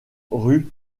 rue